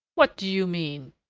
what do you mean?